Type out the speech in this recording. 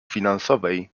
finansowej